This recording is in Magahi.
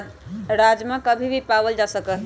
राजमा कभी भी पावल जा सका हई